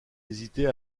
hésitait